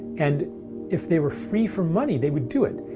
and if they were free from money, they would do it.